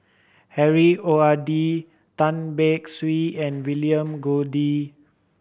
Harry O R D Tan Beng Swee and William Goode